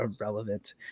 irrelevant